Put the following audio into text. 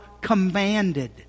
commanded